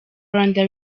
rwanda